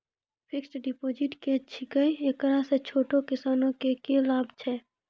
Fixed deposit की छिकै, एकरा से छोटो किसानों के की लाभ छै?